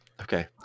Okay